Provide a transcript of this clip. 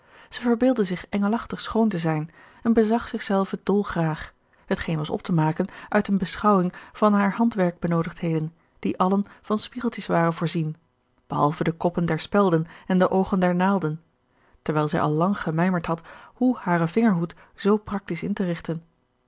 zij verbeeldde zich engelachtig schoon te zijn en bezag zich zelve dol graag hetgeen was op te maken uit eene beschouwing van hare handwerkbenoodigdheden die allen van spiegeltjes waren voorzien behalve de koppen der spelden en de oogen der naalden terwijl zij al lang gemijmerd had hoe haren vingerhoed zoo praktisch in te rigten